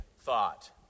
thought